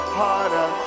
harder